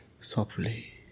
softly